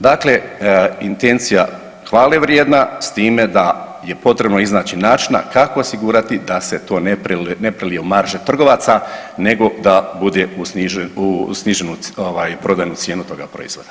Dakle, intencija hvale vrijedna s time da je potrebno iznaći načina kako osigurati da se to ne prelije u marže trgovaca nego da bude u sniženu, u sniženu ovaj prodajnu cijenu toga proizvoda.